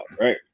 right